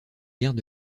guerres